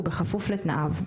ובכפוף לתנאיו.